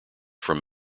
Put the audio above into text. from